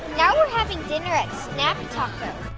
now we're having dinner at snap and taco.